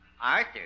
Arthur